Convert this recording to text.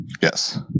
Yes